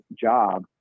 job